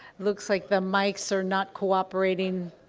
looks like the mics are not cooperating.